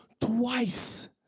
twice